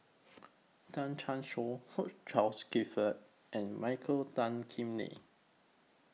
Tan Chan Choy Hugh Charles Clifford and Michael Tan Kim Nei